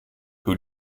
who